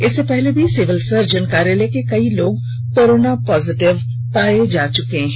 इससे पहले भी सिविल सर्जन कार्यालय के कई लोग कोरोना पॉजिटिव पाए जा चुके हैं